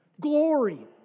glory